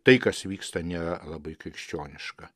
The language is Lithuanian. tai kas vyksta nėra labai krikščioniška